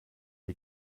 die